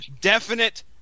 definite